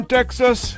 Texas